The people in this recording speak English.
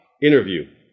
interview